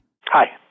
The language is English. Hi